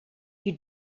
you